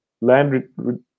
land